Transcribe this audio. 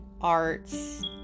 arts